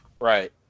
Right